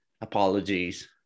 Apologies